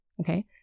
Okay